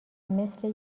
مثل